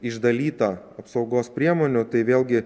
išdalyta apsaugos priemonių tai vėlgi